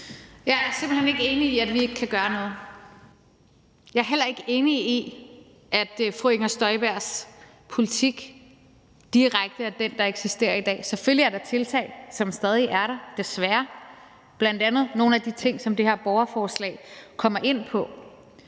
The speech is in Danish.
Jeg er simpelt hen ikke enig i, at vi ikke kan gøre noget. Jeg er heller ikke enig i, at fru Inger Støjbergs politik direkte er den samme som den, der eksisterer i dag. Selvfølgelig er der tiltag, som stadig er der, desværre, bl.a. nogle af de ting, som det her borgerforslag kommer ind på.